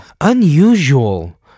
unusual